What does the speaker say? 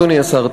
אדוני השר,